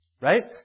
Right